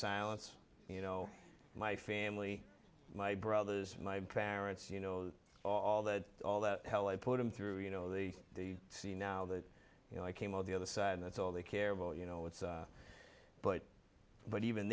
silence you know my family my brothers my parents you know all that all that hell i put them through you know the the sea now that you know i came out the other side that's all they care about you know what but but even